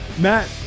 Matt